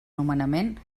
nomenament